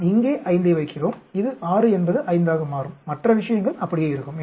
நாம் இங்கே 5 ஐ வைக்கிறோம் இது 6 என்பது 5 ஆக மாறும் மற்ற விஷயங்கள் அப்படியே இருக்கும்